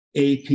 AP